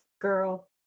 girl